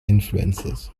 influences